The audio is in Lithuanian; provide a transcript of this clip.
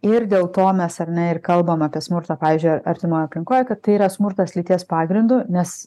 ir dėl to mes ar ne ir kalbam apie smurtą pavyzdžiui artimoj aplinkoj kad yra smurtas lyties pagrindu nes